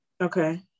okay